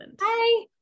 Hi